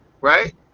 right